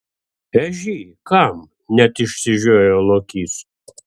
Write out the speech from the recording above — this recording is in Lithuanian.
ežy kam net išsižiojo lokys